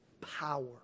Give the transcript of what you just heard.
power